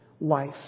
life